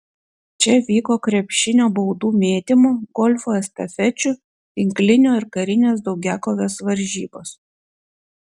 čia vyko krepšinio baudų mėtymo golfo estafečių tinklinio ir karinės daugiakovės varžybos